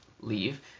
leave